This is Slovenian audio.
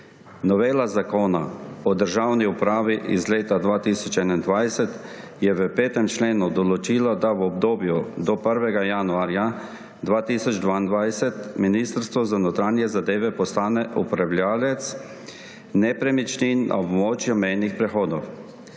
Novela Zakona o državni upravi iz leta 2021 je v 5. členu določila, da v obdobju do 1. januarja 2022 Ministrstvo za notranje zadeve postane upravljavec nepremičnin na območju mejnih prehodov.